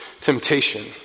temptation